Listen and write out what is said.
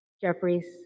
Jeffries